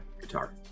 Guitar